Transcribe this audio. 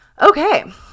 Okay